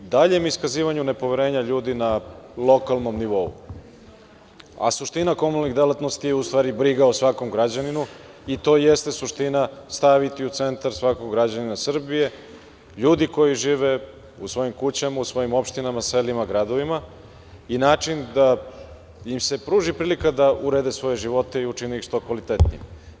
Daljem iskazivanju nepoverenja ljudi na lokalnom nivou, a suština komunalnih delatnosti je u stvari briga o svakom građaninu i to jeste suština, staviti u centar svakog građana Srbije, ljudi koji žive u svojim kućama, u svojim opštinama, selima, gradovima i način da im se pruži prilika da urede svoje živote i učine ih što kvalitetnijim.